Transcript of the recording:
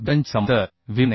बॅटनची समांतर विमाने